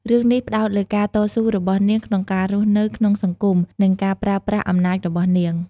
រឿងនេះផ្ដោតលើការតស៊ូរបស់នាងក្នុងការរស់នៅក្នុងសង្គម និងការប្រើប្រាស់អំណាចរបស់នាង។